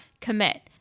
commit